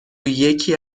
یکی